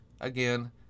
again